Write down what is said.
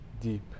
deep